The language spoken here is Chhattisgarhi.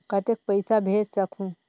कतेक पइसा भेज सकहुं?